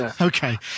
Okay